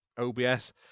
OBS